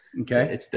Okay